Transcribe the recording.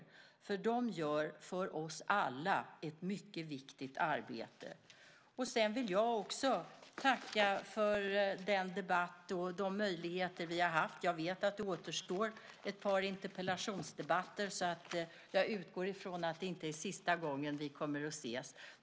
De gör ett mycket viktigt arbete för oss alla. Jag vill också tacka för den debatt och de möjligheter vi har haft. Jag vet att det återstår ett par interpellationsdebatter, så jag utgår från att det inte är sista gången vi ses.